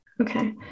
Okay